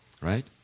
Right